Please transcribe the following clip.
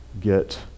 get